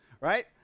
right